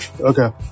Okay